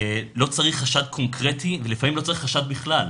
לא צריך חשד קונקרטי ולפעמים לא צריך חשד בכלל.